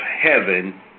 heaven